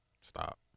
Stop